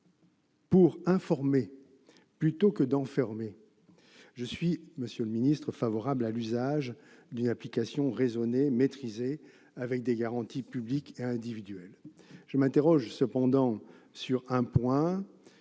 Pour informer plutôt que d'enfermer, je suis favorable à l'usage d'une application raisonnée, maîtrisée, avec des garanties publiques et individuelles. Je m'interroge toutefois sur un point-